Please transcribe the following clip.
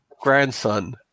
grandson